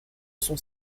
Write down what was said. sont